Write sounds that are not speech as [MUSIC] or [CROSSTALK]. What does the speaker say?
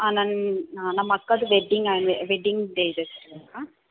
ಹಾಂ ನನ್ನ ನಮ್ಮಕ್ಕಂದು ವೆಡ್ಡಿಂಗ್ ಆ್ಯನ್ವೇ ವೆಡ್ಡಿಂಗ್ ಡೇ ಇದೆ [UNINTELLIGIBLE]